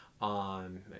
on